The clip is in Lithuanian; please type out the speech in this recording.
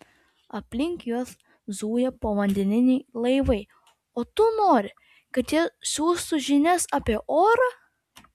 aplink juos zuja povandeniniai laivai o tu nori kad jie siųstų žinias apie orą